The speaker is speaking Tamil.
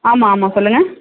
ஆமாம் ஆமாம் சொல்லுங்கள்